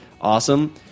awesome